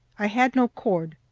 i had no cord.